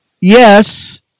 yes